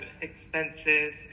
expenses